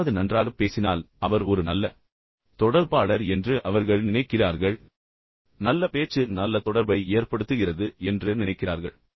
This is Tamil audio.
யாராவது நன்றாக பேசினால் அவர் அல்லது அவள் ஒரு நல்ல தொடர்பாளர் என்று அவர்கள் நினைக்கிறார்கள் அதனுடன் இணைந்து நல்ல பேச்சு நல்ல தொடர்பை ஏற்படுத்துகிறது என்று அவர்கள் நினைக்கிறார்கள்